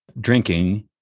drinking